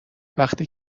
وقتی